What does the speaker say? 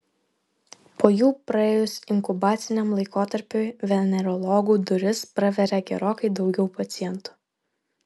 po jų praėjus inkubaciniam laikotarpiui venerologų duris praveria gerokai daugiau pacientų